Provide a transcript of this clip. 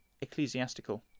ecclesiastical